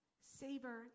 Savor